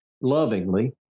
lovingly